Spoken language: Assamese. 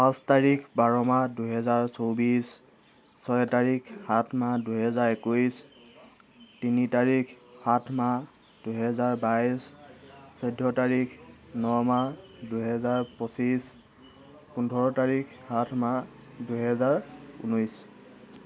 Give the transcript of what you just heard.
পাঁচ তাৰিখ বাৰ মাহ দুহেজাৰ চৌব্বিছ ছয় তাৰিখ সাত মাহ দুহেজাৰ একৈছ তিনি তাৰিখ সাত মাহ দুহেজাৰ বাইছ চৈধ্য তাৰিখ ন মাহ দুহেজাৰ পঁচিছ পোন্ধৰ তাৰিখ সাত মাহ দুহেজাৰ ঊনৈছ